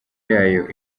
yayo